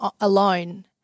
alone